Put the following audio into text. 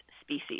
species